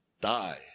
die